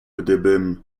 gdybym